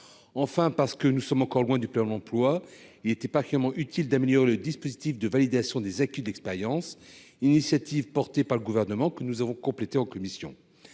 Enfin, parce que nous sommes encore loin d'avoir atteint le plein emploi, il était particulièrement utile d'améliorer le dispositif de validation des acquis de l'expérience, une initiative portée par le Gouvernement, que nous avons complétée en commission.